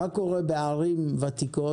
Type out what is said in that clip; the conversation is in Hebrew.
מה קורה בערים ותיקות?